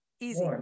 easy